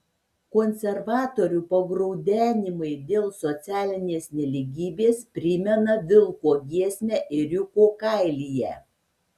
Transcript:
konservatorių pagraudenimai dėl socialinės nelygybės primena vilko giesmę ėriuko kailyje